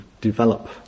develop